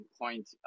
point